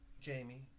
Jamie